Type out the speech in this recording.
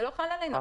זה לא חל עלינו,